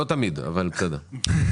לא תמיד, אבל בסדר.